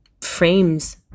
frames